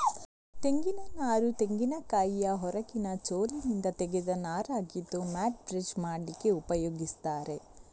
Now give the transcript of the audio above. ತೆಂಗಿನ ನಾರು ತೆಂಗಿನಕಾಯಿಯ ಹೊರಗಿನ ಚೋಲಿನಿಂದ ತೆಗೆದ ನಾರಾಗಿದ್ದು ಮ್ಯಾಟ್, ಬ್ರಷ್ ಮಾಡ್ಲಿಕ್ಕೆ ಉಪಯೋಗಿಸ್ತಾರೆ